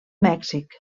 mèxic